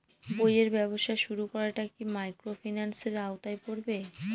বইয়ের ব্যবসা শুরু করাটা কি মাইক্রোফিন্যান্সের আওতায় পড়বে?